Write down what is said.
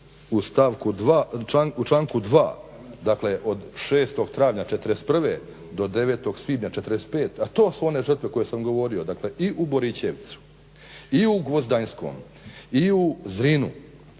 u članku 2. od 6.travnja '41. do 9.svibnja '45. to su one žrtve koje sam govorio. Dakle i u Borićevcu i u Gvozdanjskom i u Zrinu